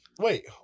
wait